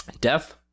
Death